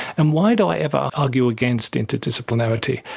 and why do i ever argue against interdisciplinarity?